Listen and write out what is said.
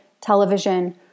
television